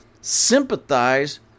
sympathize